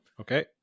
Okay